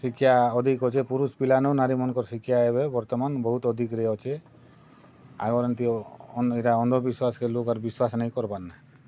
ଶିକ୍ଷା ଅଧିକ୍ ଅଛେ ପୁରୁଷ୍ ପିଲାନୁ ନାରୀ ମାନକର୍ ଶିକ୍ଷା ଏବେ ବର୍ତ୍ତମାନ୍ ବହୁତ୍ ଅଧିକରେ ଅଛେ ଆଗର୍ ଏନ୍ତି ଇଟା ଅନ୍ଧବିଶ୍ବାସକେ ଲୋକ୍ ଆର୍ ବିଶ୍ବାସ ନାଇଁ କରବାର୍ ନେଁ